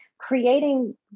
creating